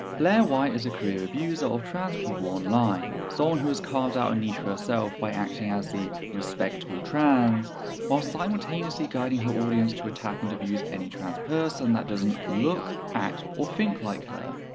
blaire white is a career abuser of trans people online, someone who has carved out a niche for herself by acting as the respectable trans whilst simultaneously guiding her audience to attack and abuse any trans person that doesn't look, act, or think like her,